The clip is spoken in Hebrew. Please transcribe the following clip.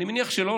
אני מניח שלא,